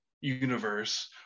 universe